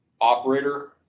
operator